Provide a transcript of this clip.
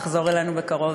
ותחזור אלינו בקרוב.